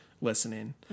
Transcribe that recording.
listening